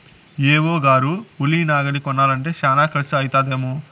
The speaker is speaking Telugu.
ఏ.ఓ గారు ఉలి నాగలి కొనాలంటే శానా కర్సు అయితదేమో